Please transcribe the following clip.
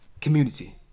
community